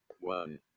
one